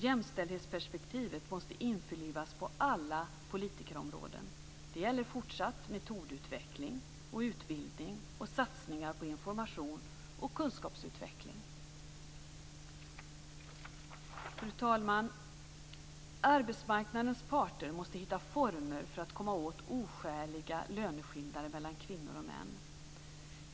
Jämställdhetsperspektivet måste införlivas på alla politikområden. Det gäller fortsatt metodutveckling och utbildning och satsningar på information och kunskapsutveckling. Fru talman! Arbetsmarknadens parter måste hitta former för att komma åt oskäliga löneskillnader mellan kvinnor och män.